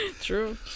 true